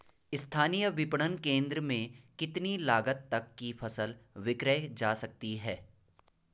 स्थानीय विपणन केंद्र में कितनी लागत तक कि फसल विक्रय जा सकती है?